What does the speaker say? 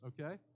okay